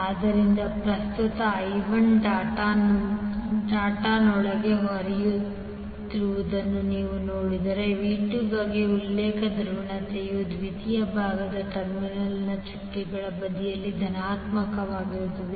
ಆದ್ದರಿಂದ ಪ್ರಸ್ತುತ i1 ಡಾಟ್ನೊಳಗೆ ಹರಿಯುತ್ತಿರುವುದನ್ನು ನೀವು ನೋಡಿದರೆ v2 ಗಾಗಿ ಉಲ್ಲೇಖ ಧ್ರುವೀಯತೆಯು ದ್ವಿತೀಯ ಭಾಗದಲ್ಲಿ ಟರ್ಮಿನಲ್ನ ಚುಕ್ಕೆಗಳ ಬದಿಯಲ್ಲಿ ಧನಾತ್ಮಕವಾಗಿರುತ್ತದೆ